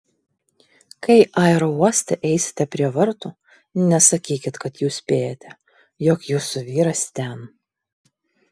kai aerouoste eisite prie vartų nesakykit kad jūs spėjate jog jūsų vyras ten